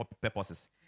purposes